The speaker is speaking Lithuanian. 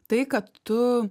tai kad tu